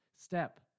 step